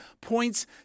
points